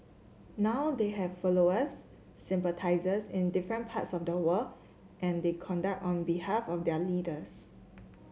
now they have followers sympathisers in different parts of the world and they conduct on behalf of their leaders